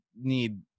need